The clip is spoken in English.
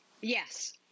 Yes